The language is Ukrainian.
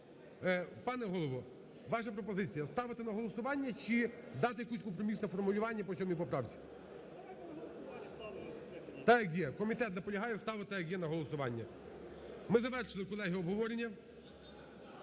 Пане голово, ваша пропозиція, ставити на голосування чи дати якесь компромісне формулювання по 7 поправці? Так, як є. Комітет наполягає ставити, як є, на голосування. Ми завершили, колеги, обговорення.